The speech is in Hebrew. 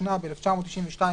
התשנ"ב 1992,